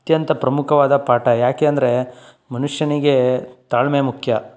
ಅತ್ಯಂತ ಪ್ರಮುಖವಾದ ಪಾಠ ಯಾಕೆ ಅಂದರೆ ಮನುಷ್ಯನಿಗೆ ತಾಳ್ಮೆ ಮುಖ್ಯ